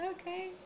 Okay